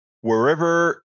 wherever